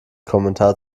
kommentar